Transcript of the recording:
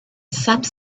some